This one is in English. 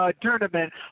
tournament